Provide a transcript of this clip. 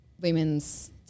women's